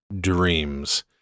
dreams